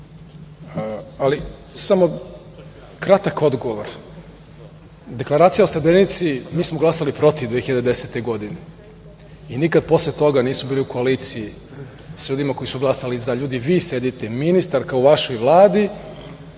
Ali samo kratak odgovor. Deklaracija o Srebrenici, mi smo glasali protiv 2010. godine i nikad posle toga nismo bili u koaliciji sa ljudima koji su glasali za. LJudi, vi sedite, ministarka u vašoj Vladi